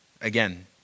Again